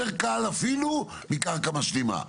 זה יותר קל אפילו מקרקע משלימה.